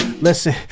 Listen